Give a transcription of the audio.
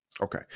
okay